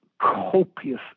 copious